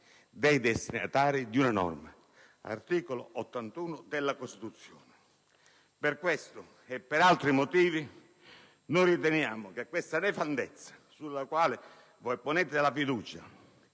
dei destinatari di una norma, secondo l'articolo 81 della Costituzione. Per questo e per altri motivi riteniamo che questa nefandezza sulla quale voi ponete la fiducia,